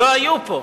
לא היו פה.